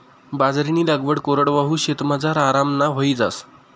बाजरीनी लागवड कोरडवाहू शेतमझार आराममा व्हयी जास